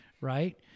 right